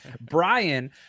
Brian